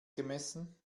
gemessen